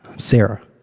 sarah.